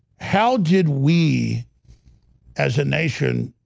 how did we as a nation?